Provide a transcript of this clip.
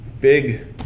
big